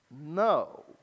no